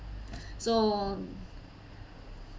so